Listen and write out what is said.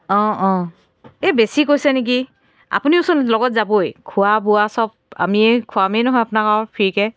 অঁ অঁ এ বেছি কৈছে নেকি আপুনিওচোন লগত যাবই খোৱা বোৱা চব আমিয়ে খোৱামেই নহয় আপোনাক ফ্ৰীকে